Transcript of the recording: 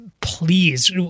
please